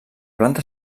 planta